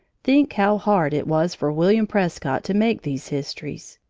think how hard it was for william prescott to make these histories.